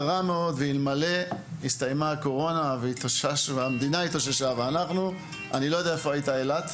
אלמלא הסתיימה הקורונה והמדינה התאוששה אני לא יודע איפה הייתה אילת.